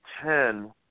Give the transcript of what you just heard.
ten